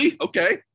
okay